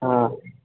हँ